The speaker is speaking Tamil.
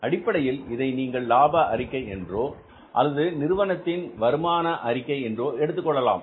அடிப்படையில் இதை நீங்கள் லாப அறிக்கை என்றோ அல்லது நிறுவனத்தின் வருமான அறிக்கை என்றோ எடுத்துக்கொள்ளலாம்